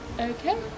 Okay